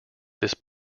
this